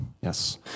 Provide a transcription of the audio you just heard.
Yes